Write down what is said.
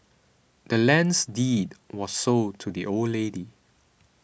the land's deed was sold to the old lady